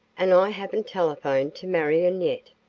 and i haven't telephoned to marion yet.